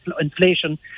inflation